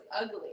ugly